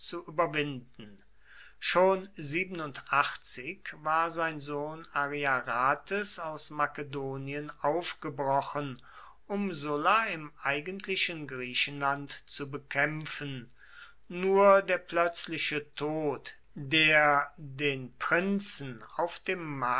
zu überwinden schon war sein sohn ariarathes aus makedonien aufgebrochen um sulla im eigentlichen griechenland zu bekämpfen nur der plötzliche tod der den prinzen auf dem